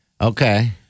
Okay